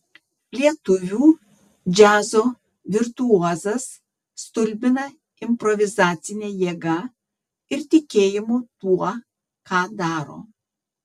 lietuvių džiazo virtuozas stulbina improvizacine jėga ir tikėjimu tuo ką daro